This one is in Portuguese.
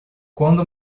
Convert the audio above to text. quando